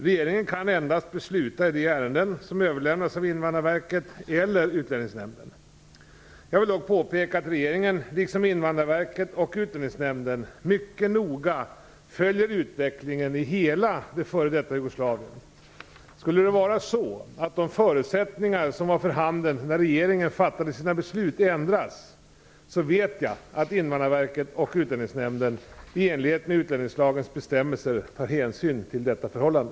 Regeringen kan endast besluta i de ärenden som överlämnas av Invandrarverket eller Utlänningsnämnden. Jag vill dock påpeka att regeringen, liksom Invandrarverket och Utlänningsnämnden, mycket noga följer utvecklingen i hela f.d. Jugoslavien. Skulle det vara så, att de förutsättningar som var för handen när regeringen fattade sina beslut ändras, vet jag att Invandrarverket och Utlänningsnämnden i enlighet med utlänningslagens bestämmelser tar hänsyn till detta förhållande.